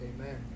amen